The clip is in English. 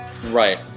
right